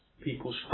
people's